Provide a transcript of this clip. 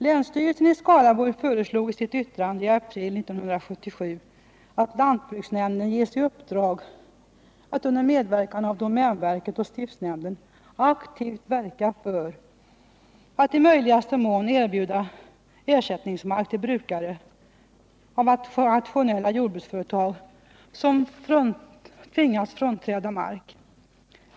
Länsstyrelsen i Skaraborgs län föreslog i sitt Onsdagen den yttrande i april 1977 att lantbruksnämnden skulle ges i uppdrag att under 6 december 1978 medverkan av domänverket och stiftsnämnden aktivt verka för att i möjligaste mån erbjuda ersättningsmark till brukare av rationella jordbruksföretag som tvingas frånträda mark.